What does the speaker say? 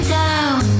down